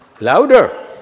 louder